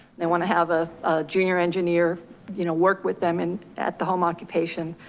they wanna have a junior engineer you know work with them and at the home occupation,